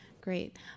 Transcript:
great